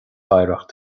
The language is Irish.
oidhreacht